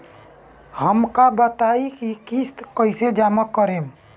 हम का बताई की किस्त कईसे जमा करेम?